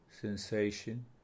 Sensation